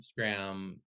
Instagram